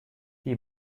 die